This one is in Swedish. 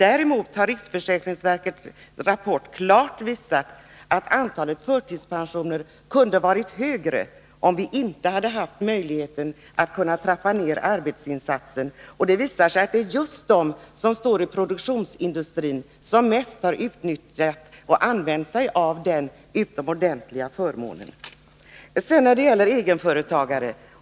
Däremot har riksförsäkringsverkets rapport klart visat att antalet förtidspensioner skulle varit större om vi inte hade haft möjligheten att trappa ned arbetsinsatsen. Det har visat sig att det är just de som står i produktionsindustrin som mest har använt sig av den här utomordentliga förmånen. Och så beträffande egenföretagarna.